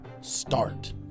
Start